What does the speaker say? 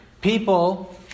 people